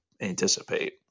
anticipate